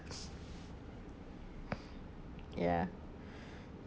ya